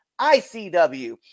ICW